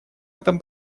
этом